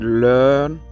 learn